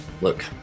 Look